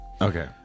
Okay